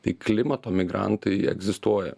tai klimato migrantai egzistuoja